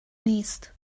نیست